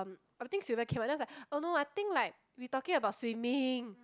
I'm I think Sylvia came out then I was like oh no I think like we talking about swimming